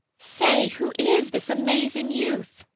say, who is this amazing youth?